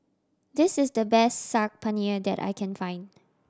this is the best Saag Paneer that I can find